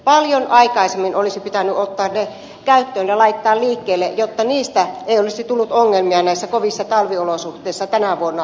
paljon aikaisemmin olisi pitänyt ottaa ne käyttöön ja laittaa liikkeelle jotta niistä ei olisi tullut ongelmia näissä kovissa talviolosuhteissa tänä vuonna ja edellisenä vuonna